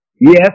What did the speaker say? Yes